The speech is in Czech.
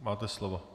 Máte slovo.